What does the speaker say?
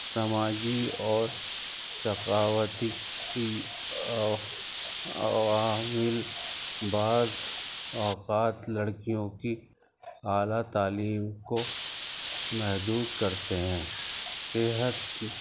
سماجی اور ثقافتی کی عوامل بعض اوقات لڑکیوں کی اعلیٰ تعلیم کو محدود کرتے ہیں صحت